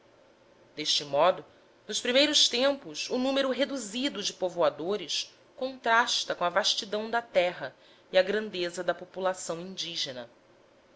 deste modo nos primeiros tempos o número reduzido de povoadores contrasta com a vastidão da terra e a grandeza da população indígena